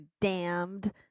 damned